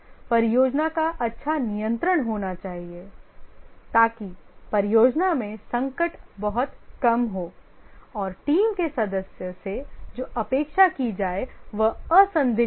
परियोजना का अच्छा नियंत्रण होना चाहिए ताकि परियोजना में संकट बहुत कम हों और टीम के सदस्य से जो अपेक्षा की जाए वह असंदिग्ध हो